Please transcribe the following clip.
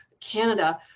Canada